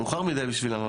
מאוחר מידי בשבילם.